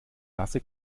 nasse